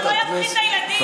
שלא יפחיד את הילדים.